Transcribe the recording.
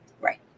Right